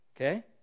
okay